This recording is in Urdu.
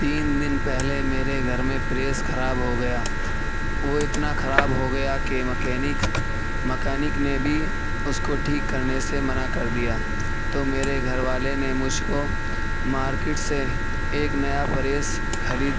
تین دِن پہلے میرے گھر میں پریس خراب ہوگیا وہ اتنا خراب ہوگیا كہ مكینکس مکینک نے بھی اُس كوٹھیک كرنے سے منع كردیا تو میرے گھر والے نے مجھ کو مارکیٹ سے ایک نیا پریس خرید